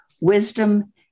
wisdom